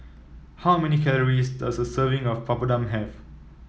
how many calories does a serving of Papadum have